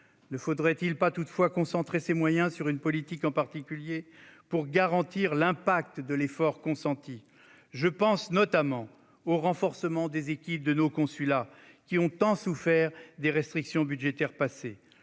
Ne faudrait-il pas toutefois concentrer ces moyens sur une politique en particulier, pour garantir l'impact de l'effort consenti ? Je pense notamment au renforcement des équipes de nos consulats, qui ont tant souffert des restrictions budgétaires passées.